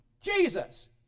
Jesus